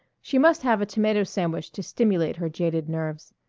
she must have a tomato sandwich to stimulate her jaded nerves.